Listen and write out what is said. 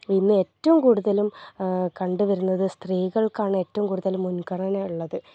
ഇന്ന് ഏറ്റവും കൂടുതലും കണ്ട് വരുന്നത് സ്ത്രീകൾക്കാണ് ഏറ്റവും കൂടുതൽ മുൻഗണനയുള്ളത്